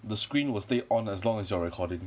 the screen will stay on as long as you are recording